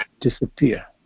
disappear